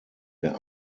der